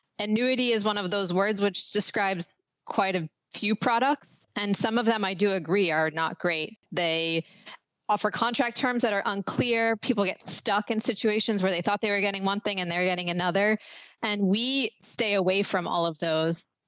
annuity is one of those words which describes quite a few products and some of them i do agree are not great. they offer contract terms that are unclear. people get stuck in situations where they thought they were getting one thing and they're getting another and we stay away from all of those.